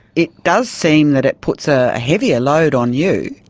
it does seem that it puts a heavier load on you.